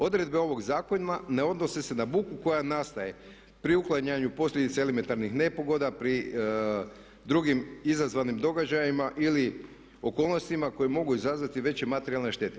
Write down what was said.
Odredbe ovog zakona ne odnose se na buku koja nastaje pri uklanjanju posljedica elementarnih nepogoda, pri drugim izazivanim događajima ili okolnostima koje mogu izazvati veće materijalne štete.